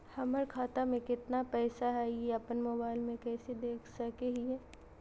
हमर खाता में केतना पैसा हई, ई अपन मोबाईल में कैसे देख सके हियई?